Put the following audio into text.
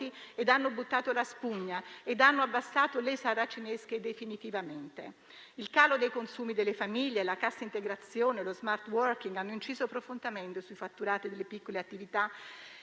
e hanno gettato la spugna e abbassato le saracinesche definitivamente. Il calo dei consumi delle famiglie, la cassa integrazione, lo *smart working* hanno inciso profondamente sui fatturati delle piccole attività,